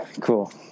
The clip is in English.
Cool